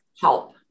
help